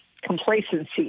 complacency